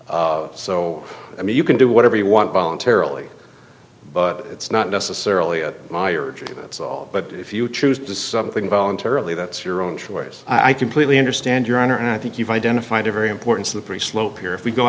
here so i mean you can do whatever you want voluntarily but it's not necessarily a liar to that's all but if you choose to something voluntarily that's your own choice i completely understand your honor and i think you've identified a very important slippery slope here if we go